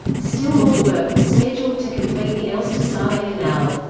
still more work was scheduled to complete the elster-saale canal.